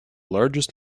largest